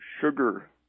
sugar